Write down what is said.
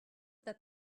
that